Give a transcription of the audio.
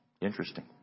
Interesting